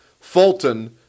Fulton